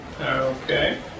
Okay